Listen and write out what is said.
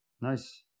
Nice